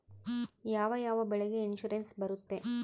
ಯಾವ ಯಾವ ಬೆಳೆಗೆ ಇನ್ಸುರೆನ್ಸ್ ಬರುತ್ತೆ?